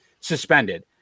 suspended